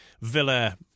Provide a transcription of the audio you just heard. Villa